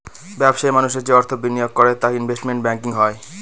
ব্যবসায়ী মানুষরা যে অর্থ বিনিয়োগ করে তা ইনভেস্টমেন্ট ব্যাঙ্কিং হয়